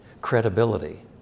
credibility